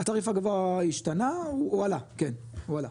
התעריף הגבוה השתנה, כן הוא עלה, הוא עלה.